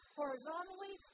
horizontally